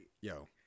Yo